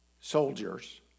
soldiers